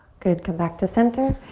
good, come back to center.